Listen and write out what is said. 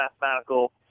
mathematical